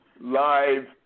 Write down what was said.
live